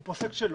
הוא פוסק שלא,